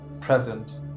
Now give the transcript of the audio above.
present